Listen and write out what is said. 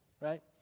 right